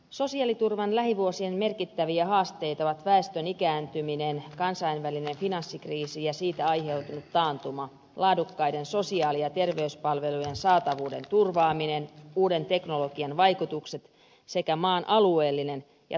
sosiaaliturvan lähivuosien merkittäviä haasteita ovat väestön ikääntyminen kansainvälinen finanssikriisi ja siitä aiheutunut taantuma laadukkaiden sosiaali ja terveyspalvelujen saatavuuden turvaaminen uuden teknologian vaikutukset sekä maan alueellinen ja tasapuolinen kehitys